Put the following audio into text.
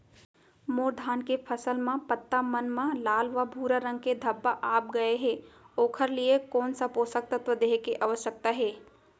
मोर धान के फसल म पत्ता मन म लाल व भूरा रंग के धब्बा आप गए हे ओखर लिए कोन स पोसक तत्व देहे के आवश्यकता हे?